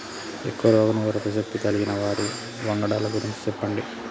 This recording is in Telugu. ఎక్కువ రోగనిరోధక శక్తి కలిగిన వరి వంగడాల గురించి చెప్పండి?